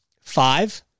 five